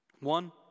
One